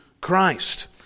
Christ